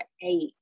eight